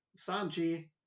Sanji